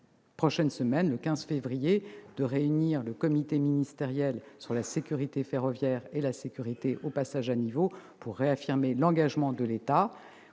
réunirai, le 15 février prochain, le comité ministériel sur la sécurité ferroviaire et sur la sécurité aux passages à niveau pour réaffirmer l'engagement de l'État.